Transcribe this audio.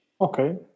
Okay